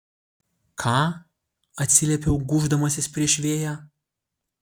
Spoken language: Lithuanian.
ką atsiliepiau gūždamasis prieš vėją